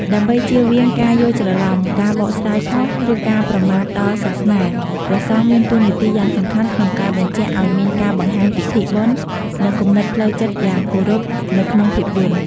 ដើម្បីជៀសវាងការយល់ច្រឡំ ការបកស្រាយខុស ឬការប្រមាថដល់សាសនា ព្រះសង្ឃមានតួនាទីយ៉ាងសំខាន់ក្នុងការ បញ្ជាក់ឲ្យមានការបង្ហាញពិធីបុណ្យ និងគំនិតផ្លូវចិត្តយ៉ាងគោរព នៅក្នុងភាពយន្ត។